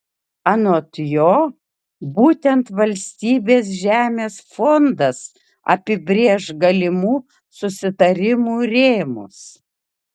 anot jo būtent valstybės žemės fondas apibrėš galimų susitarimų rėmus